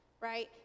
right